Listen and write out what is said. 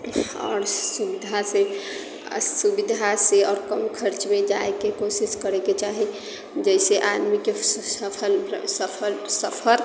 आओर सुविधासँ आ सुविधासँ और कम खर्चमे जाइके कोशिश करयके चाही जाहिसँ आदमीके सफल सफल सफर